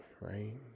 right